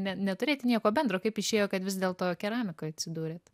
ne neturėti nieko bendro kaip išėjo kad vis dėlto keramikoj atsidūrėt